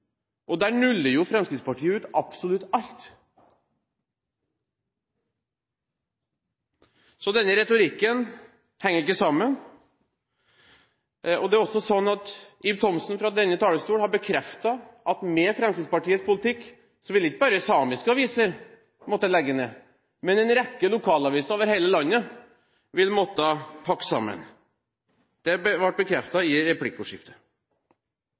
og der nuller jo Fremskrittspartiet ut absolutt alt, så denne retorikken henger ikke sammen. Det er også slik at Ib Thomsen fra denne talerstolen har bekreftet at med Fremskrittspartiets politikk så ville ikke bare samiske aviser måtte legge ned, men en rekke lokalaviser over hele landet ville måtte pakke sammen. Det ble bekreftet i